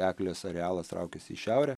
eglės arealas traukiasi į šiaurę